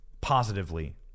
positively